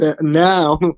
now